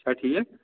چھا ٹھیٖک